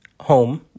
home